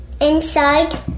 inside